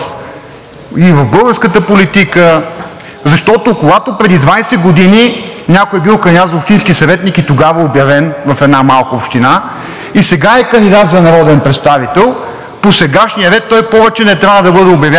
и в българската политика? Защото, когато преди 20 години някой е бил кандидат за общински съветник и тогава е обявен в една малка община, а сега е кандидат за народен представител, по сегашния ред той повече не трябва да бъде обявяван.